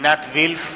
עינת וילף,